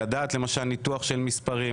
כמו לדעת ניתוח של מספרים,